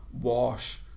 wash